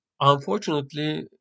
Unfortunately